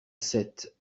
sept